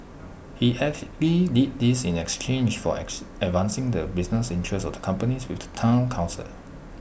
he did this in exchange for advancing the business interests of the companies with the Town Council